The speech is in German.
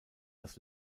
das